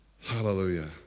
Hallelujah